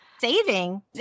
saving